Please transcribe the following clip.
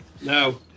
No